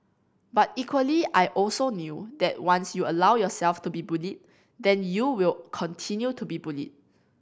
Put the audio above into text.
but equally I also knew that once you allow yourself to be bullied then you will continue to be bullied